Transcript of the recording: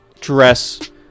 dress